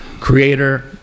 creator